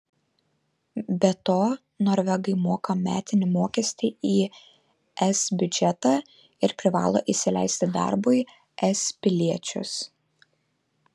be to norvegai moka metinį mokestį į es biudžetą ir privalo įsileisti darbui es piliečius